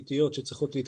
אני רוצה לומר משהו לכולנו.